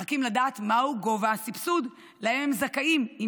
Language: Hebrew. מחכים לדעת מהו גובה הסבסוד שהם זכאים לו,